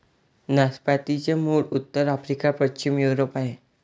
नाशपातीचे मूळ उत्तर आफ्रिका, पश्चिम युरोप आहे